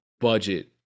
budget